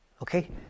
Okay